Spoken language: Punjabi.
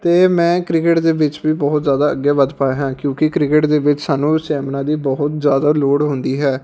ਅਤੇ ਮੈਂ ਕ੍ਰਿਕਟ ਦੇ ਵਿੱਚ ਵੀ ਬਹੁਤ ਜ਼ਿਆਦਾ ਅੱਗੇ ਵੱਧ ਪਾਇਆ ਹਾਂ ਕਿਉਂਕਿ ਕ੍ਰਿਕਟ ਦੇ ਵਿੱਚ ਸਾਨੂੰ ਵੀ ਸਟੈਮਨਾ ਦੀ ਬਹੁਤ ਜ਼ਿਆਦਾ ਲੋੜ ਹੁੰਦੀ ਹੈ